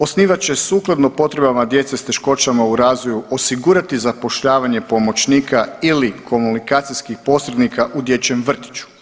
Osnivač će sukladno potrebama djece s teškoćama u razvoju osigurati zapošljavanje pomoćnika ili komunikacijskih posrednika u dječjem vrtiću.